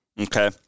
Okay